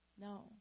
no